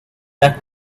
that